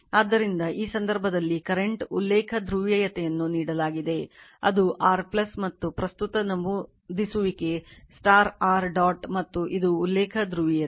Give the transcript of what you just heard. ಆದ್ದರಿಂದ ಈ ಸಂದರ್ಭದಲ್ಲಿ ಕರೆಂಟ್ ಉಲ್ಲೇಖ ಧ್ರುವೀಯತೆಯನ್ನು ನೀಡಲಾಗಿದೆ ಅದು r ಮತ್ತು ಪ್ರಸ್ತುತ ನಮೂದಿಸುವಿಕೆ r ಡಾಟ್ ಮತ್ತು ಇದು ಉಲ್ಲೇಖ ಧ್ರುವೀಯತೆ